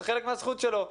זה חלק מהזכות שלו.